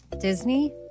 Disney